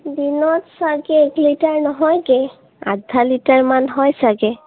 দিনত চাগে এক লিটাৰ নহয়গৈ আধা লিটাৰমান হয় চাগে